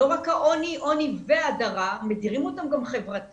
לא רק העוני, עוני והדרה, מדירים אותם גם חברתית.